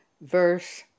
verse